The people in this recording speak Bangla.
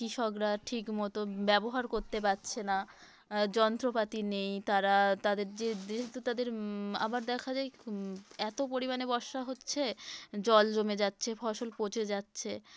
কৃষকরা ঠিকমতো ব্যবহার করতে পারছে না যন্ত্রপাতি নেই তারা তাদের যে যেহেতু তাদের আবার দেখা যায় এত পরিমাণে বর্ষা হচ্ছে জল জমে যাচ্ছে ফসল পচে যাচ্ছে